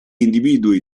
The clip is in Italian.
individui